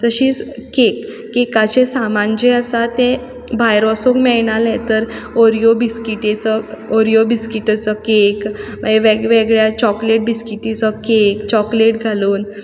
तशीच कॅक कॅकाचें सामान जें आसा तें भायर वचूंक मेळनाहलें तर ओरियो बिस्किटेचो ओरियो बिस्किटीचो कॅक मागीर वेग वेगळ्या चॉकलेट बिस्किटीचो कॅक चॉकलेट घालून